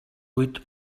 vuit